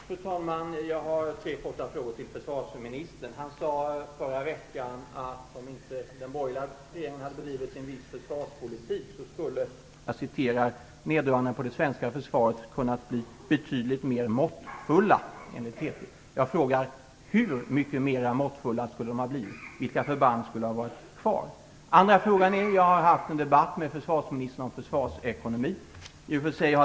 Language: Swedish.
Fru talman! Jag har tre korta frågor till försvarsministern. Han sade enligt TT i förra veckan att om den borgerliga regeringen inte hade bedrivit en viss försvarspolitik, skulle "neddragningarna på det svenska försvaret kunnat bli betydligt mer måttfulla". Jag frågar: Hur mycket mera måttfulla skulle de ha blivit? Vilka förband skulle ha fått vara kvar? Min andra fråga har samband med en debatt som jag har haft med försvarsministern om försvarsekonomi.